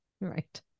Right